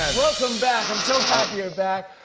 welcome back. i'm so happy you're back.